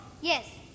Yes